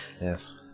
Yes